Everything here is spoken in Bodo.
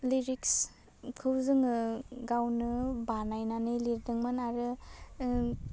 लिरिक्सखौ जोङो गावनो बानायनानै लिरदोंमोन आरो ओम